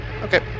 Okay